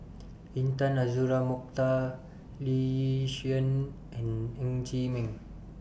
Intan Azura Mokhtar Lee Yi Shyan and Ng Chee Meng